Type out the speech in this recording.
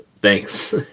thanks